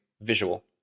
visual